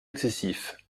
excessif